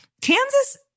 Kansas